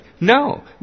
No